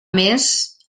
més